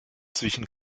zwischen